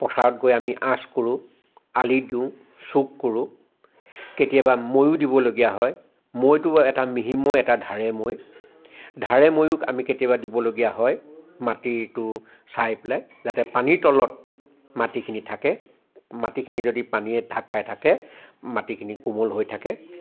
পথাৰত গৈ আমি আঁচ কৰো আলি দিওঁ চুক কৰো কেতিয়াবা মৈও দিবলগীয়া হয় মৈটো এটা মিহি মৈ ঢাৰে মৈও আমি কেতিয়াবা দিবলগীয়া হয় মাটিতো চাই পেলাই যাতে পানীৰ তলত মাটিখিনি থাকে মাটিখিনি যদি পানীৰে ঢাক খাই থাকে মাটিখিনি কোমল হৈ থাকে